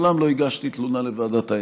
ומעולם לא הגשתי תלונה לוועדת האתיקה,